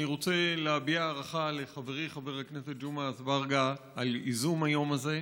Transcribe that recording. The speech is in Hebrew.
אני רוצה להביע הערכה לחברי חבר הכנסת ג'מעה אזברגה על ייזום היום הזה.